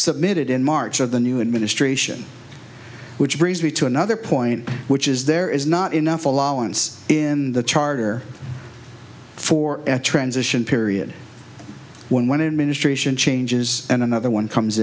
submitted in march of the new administration which brings me to another point which is there is not enough allowance in the charter for a transition period when when it ministration changes and another one comes